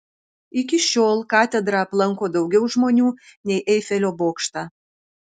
iki šiol katedrą aplanko daugiau žmonių nei eifelio bokštą